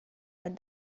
but